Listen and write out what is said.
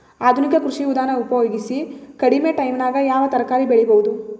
ಆಧುನಿಕ ಕೃಷಿ ವಿಧಾನ ಉಪಯೋಗಿಸಿ ಕಡಿಮ ಟೈಮನಾಗ ಯಾವ ತರಕಾರಿ ಬೆಳಿಬಹುದು?